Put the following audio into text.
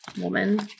woman